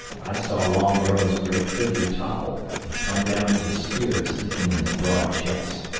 i saw long arrow's great figure topple and come down with a spear sticking in his broad chest.